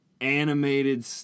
Animated